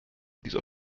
dieser